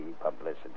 publicity